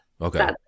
Okay